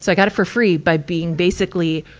so i got it for free by being basically,